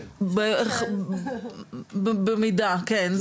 במידה, כן.